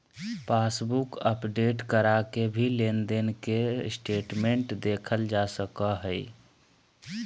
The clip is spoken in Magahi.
पासबुक अपडेट करा के भी लेनदेन के स्टेटमेंट देखल जा सकय हय